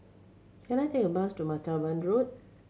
can I take a bus to Martaban Road